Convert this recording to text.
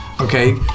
Okay